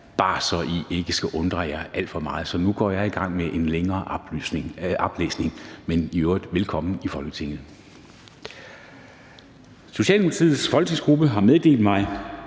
bare, så I ikke skal undre jer alt for meget. Så nu går jeg i gang med en længerevarende oplæsning. Men i øvrigt: Velkommen i Folketinget. Socialdemokratiets folketingsgruppe har meddelt mig,